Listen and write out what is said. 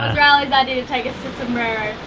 riley's idea to take us to sombrero.